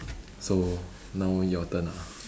so now your turn ah